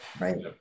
right